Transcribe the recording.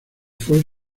fue